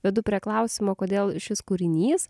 vedu prie klausimo kodėl šis kūrinys